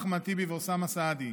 אחמד טיבי ואוסאמה סעדי,